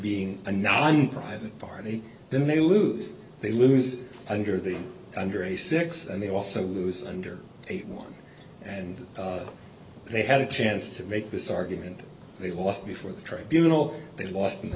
being a non private party then they lose they lose under the under a six and they also lose under a one and they had a chance to make this argument they lost before the tribunal they lost in